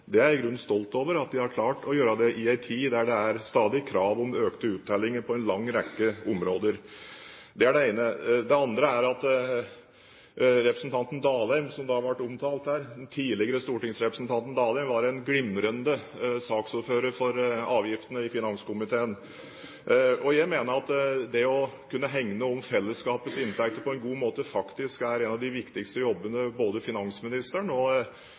er i grunnen stolt over at en har klart å gjøre det, i en tid da det stadig er krav om økte uttellinger på en lang rekke områder. Det er det ene. Det andre er at den tidligere stortingsrepresentanten Dalheim – som ble omtalt her – var en glimrende saksordfører for avgiftene i finanskomiteen. Jeg mener at det å kunne hegne om fellesskapets inntekter på en god måte faktisk er en av de viktigste jobbene som finansministeren og